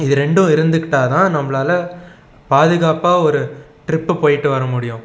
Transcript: இது ரெண்டும் இருந்துக்கிட்டால் தான் நம்மளால் பாதுகாப்பாக ஒரு ட்ரிப்பு போய்விட்டு வரமுடியும்